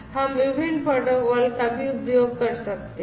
हम विभिन्न प्रोटोकॉल का भी उपयोग कर सकते हैं